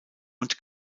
und